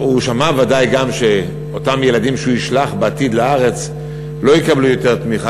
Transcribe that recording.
הוא שמע ודאי גם שאותם ילדים שהוא ישלח בעתיד לארץ לא יקבלו יותר תמיכה.